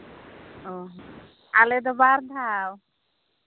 ᱚ ᱟᱞᱮᱫᱚ ᱵᱟᱨ ᱫᱷᱟᱣ